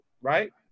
right